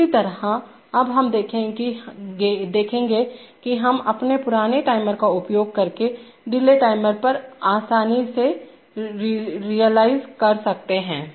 इसी तरह अब हम देखेंगे कि हम अपने पुराने टाइमर का उपयोग करके डिले टाइमर पर आसानी से रेअलीज़े कर सकते हैं